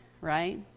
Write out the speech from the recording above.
right